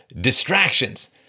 distractions